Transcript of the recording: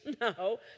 no